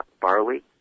barley